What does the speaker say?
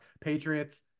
patriots